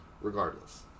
regardless